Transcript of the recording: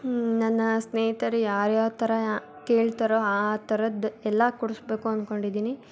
ನನ್ನ ಸ್ನೇಹಿತರು ಯಾರು ಯಾವ ಥರ ಕೇಳ್ತಾರೋ ಆ ಆ ಥರದ ಎಲ್ಲ ಕೊಡಿಸಬೇಕು ಅಂದ್ಕೊಂಡಿದ್ದೀನಿ